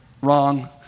wrong